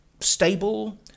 Stable